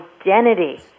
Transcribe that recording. identity